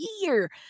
year